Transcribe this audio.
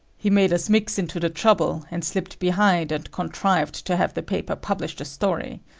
he made us mix into the trouble, and slipped behind and contrived to have the paper publish the story.